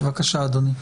בבקשה, אדוני.